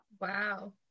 Wow